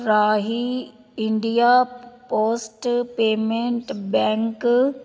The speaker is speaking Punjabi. ਰਾਹੀਂ ਇੰਡੀਆ ਪੋਸਟ ਪੇਮੈਂਟਸ ਬੈਂਕ